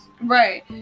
Right